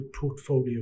portfolio